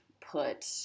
put